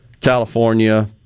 California